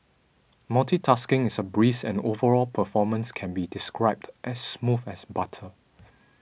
multitasking is a breeze and overall performance can be described as smooth as butter